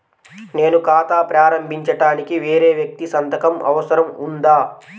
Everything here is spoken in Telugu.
నేను ఖాతా ప్రారంభించటానికి వేరే వ్యక్తి సంతకం అవసరం ఉందా?